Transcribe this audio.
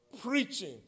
preaching